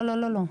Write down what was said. לא.